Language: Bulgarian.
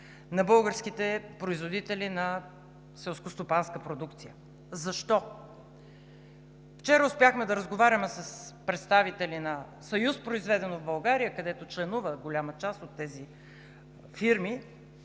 на българските производители на селскостопанска продукция. Защо? Вчера успяхме да разговаряме с представители на Съюз „Произведено в България“, където членуват голяма част от тези фирми,